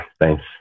thanks